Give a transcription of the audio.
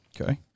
Okay